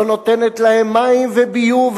לא נותנת להם מים וביוב,